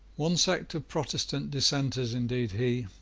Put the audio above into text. one sect of protestant dissenters indeed he,